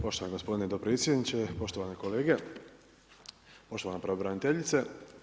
Poštovani gospodine dopredsjedniče, poštovane kolege, poštovana pravobraniteljice.